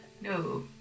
no